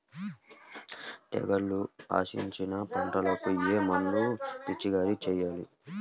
తెగుళ్లు ఆశించిన పంటలకు ఏ మందు పిచికారీ చేయాలి?